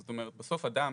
זאת אומרת בסוף אדם,